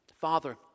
Father